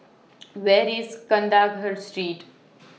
Where IS Kandahar Street